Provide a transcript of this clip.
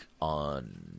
on